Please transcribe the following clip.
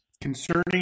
concerning